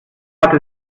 hat